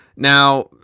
Now